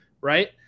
right